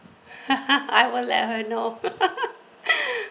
I will let her know